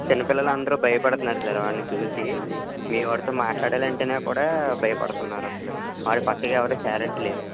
చిన్న పిల్లలు అందరు భయపడుతున్నారు సార్ వాడిని చూసి మీ వాడితో మాట్లాడాలంటేనే కూడా భయపడుతున్నారు అసలు వాడి పక్కకు ఎవరు చేరట్లేదు